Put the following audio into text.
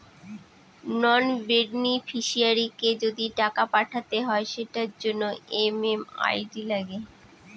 নন বেনিফিশিয়ারিকে যদি টাকা পাঠাতে হয় সেটার জন্য এম.এম.আই.ডি লাগে